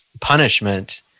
punishment